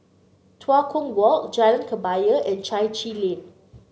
Tua Kong Walk Jalan Kebaya and Chai Chee Lane